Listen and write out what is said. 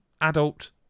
adult